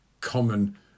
common